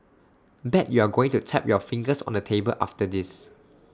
bet you're going to tap your fingers on the table after this